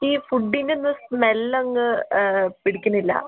ഈ ഫുഡിൻ്റെ ഒന്നും സ്മെല്ലൊന്നും പിടിക്കണില്ല